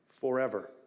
forever